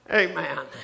amen